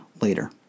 later